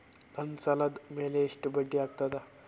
ನನ್ನ ಸಾಲದ್ ಮ್ಯಾಲೆ ಎಷ್ಟ ಬಡ್ಡಿ ಆಗ್ತದ?